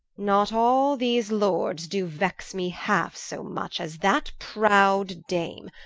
not all these lords do vex me halfe so much, as that prowd dame,